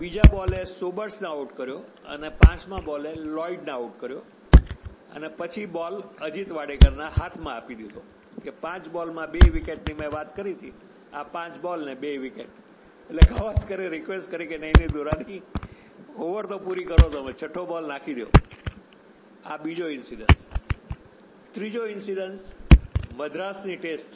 બીજા બોલે સોબર્સને આઉટ કર્યો અને પાંચમા બોલે લોઇડને આઉટ કર્યો અને પછી બોલ અજીત વાડેકરનાં હાથમાં આપી દીધો કે પાંચ બોલમાં બે વિકેટની મેં વાત કરી હતી આ પાંચ બોલ ને બે વિકેટ એટલે ગાવસ્કરે રિક્વેસ્ટ કરી કે નહીં નહીં દુરાની ઓવર તો પૂરી કરો તમે છઠ્ઠો બોલ નાખી દો આ બીજો ઇનસિડન્સ ત્રીજો ઇનસિડન્સ મદ્રાસની ટેસ્ટ